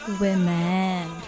women